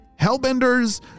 hellbenders